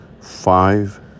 Five